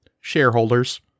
Shareholders